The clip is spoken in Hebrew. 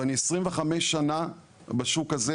ואני 25 שנה בשוק הזה